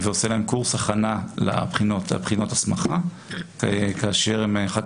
ועושה להם קורס הכנה לבחינות ההסמכה כאשר הם אחר